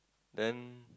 then